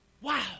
Wow